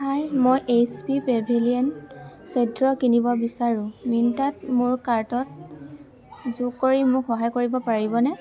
হাই মই H P pavilion চৈধ্য কিনিব বিচাৰো মিন্ত্ৰাত মোৰ কাৰ্টত যোগ কৰি মোক সহায় কৰিব পাৰিবনে